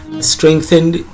strengthened